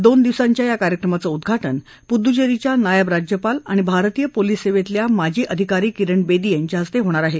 दोन दिवसांच्या या कार्यक्रमाचं उद्घाटन पुडूसेरीच्या नायब राज्यपाल आणि भारतीय पोलीस सेवेतल्या माजी अधिकारी किरण बेदी यांच्या हस्ते होणार आहे